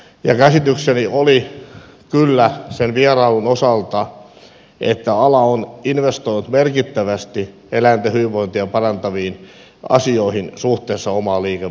käsitykseni oli kyllä sen vierailun osalta että ala on investoinut merkittävästi eläinten hyvinvointia parantaviin asioihin suhteessa omaan liikevaihtoonsa